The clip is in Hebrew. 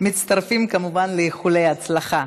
מצטרפים כמובן לאיחולי ההצלחה.